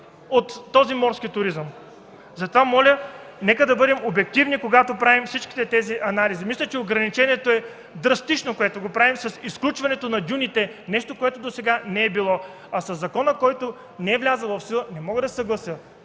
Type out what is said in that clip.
от този морски туризъм? Затова моля нека да бъдем активни, когато правим всички тези анализи. Мисля, че ограничението, което правим, е драстично – с изключването на дюните – нещо, което досега не е било. А със закона, който не е влязъл в сила, не мога да се съглася.